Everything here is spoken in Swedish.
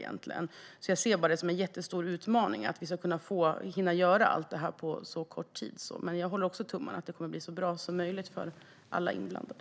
Jag ser det därför som en jättestor utmaning att allt detta ska hinnas med på så kort tid. Men jag håller också tummarna för att det ska bli så bra som möjligt för alla inblandade.